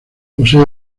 posee